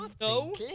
No